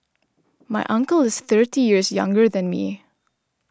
my uncle is thirty years younger than me